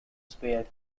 spare